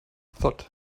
thud